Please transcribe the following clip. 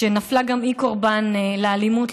שנפלה גם היא קורבן לאלימות,